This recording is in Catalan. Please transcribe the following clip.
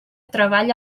treball